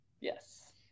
Yes